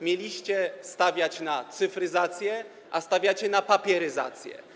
Mieliście stawiać na cyfryzację, a stawiacie na papieryzację.